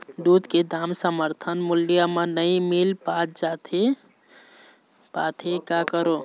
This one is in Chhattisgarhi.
दूध के दाम समर्थन मूल्य म नई मील पास पाथे, का करों?